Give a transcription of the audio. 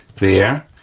there.